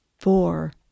four